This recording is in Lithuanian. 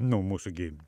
nu mūsų gi